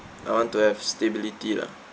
I want to have stability lah